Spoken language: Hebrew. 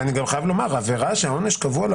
ואני גם חייב לומר שעבירה שהעונש הקבוע לה